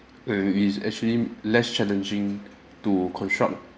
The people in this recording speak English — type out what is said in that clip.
where it's actually less challenging to construct